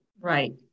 Right